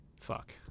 fuck